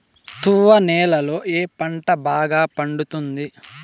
తువ్వ నేలలో ఏ పంట బాగా పండుతుంది?